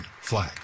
flag